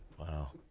Wow